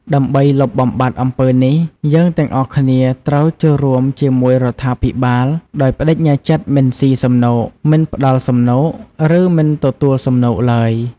ដើម្បីលុបបំបាត់អំពើនេះ យើងទាំងអស់គ្នាត្រូវចូលរួមជាមួយរដ្ឋាភិបាល ដោយប្ដេជ្ញាចិត្តមិនស៊ីសំណូក មិនផ្ដល់សំណូក និងមិនទទួលសំណូកឡើយ។